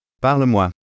Parle-moi